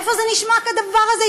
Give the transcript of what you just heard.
איפה זה נשמע הדבר הזה,